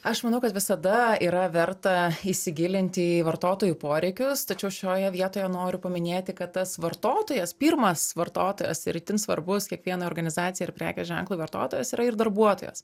aš manau kad visada yra verta įsigilinti į vartotojų poreikius tačiau šioje vietoje noriu paminėti kad tas vartotojas pirmas vartotojas ir itin svarbus kiekviena organizacija ir prekės ženklo vartotojas yra ir darbuotojas